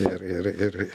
ir ir ir